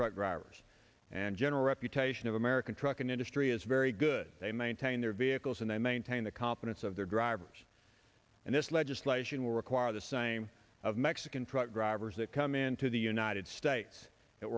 truck drivers and general reputation of american trucking industry is very good they maintain their vehicles and they maintain the competence of their drivers and this legislation will require the same of mexican truck drivers that come into the united states